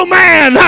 man